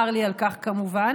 צר לי על כך, כמובן,